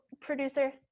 producer